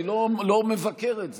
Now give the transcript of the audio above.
אני לא מבקר את זה,